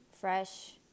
fresh